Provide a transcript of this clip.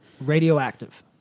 Radioactive